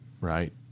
right